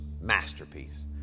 masterpiece